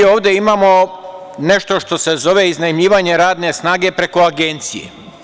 Mi ovde imamo nešto što se zove iznajmljivanje radne snage preko agencije.